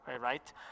right